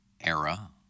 era